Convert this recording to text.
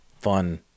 fun